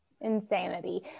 insanity